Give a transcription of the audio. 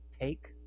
Take